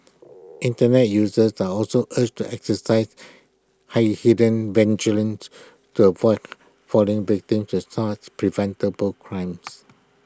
Internet users are also urged to exercise heightened vigilance to avoid falling victim to such preventable crimes